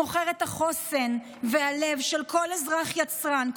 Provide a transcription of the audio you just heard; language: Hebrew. מוכר את החוסן והלב של כל אזרח יצרן,